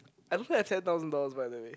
I don't have ten thousand dollars by the way